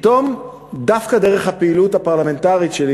פתאום דווקא דרך הפעילות הפרלמנטרית שלי